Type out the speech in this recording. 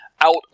out